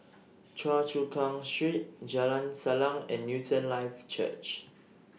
Choa Chu Kang Street Jalan Salang and Newton Life Church